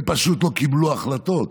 הם פשוט לא קיבלו החלטות.